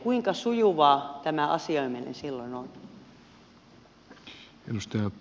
kuinka sujuvaa tämä asioiminen silloin on